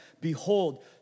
Behold